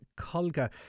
Colga